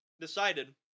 decided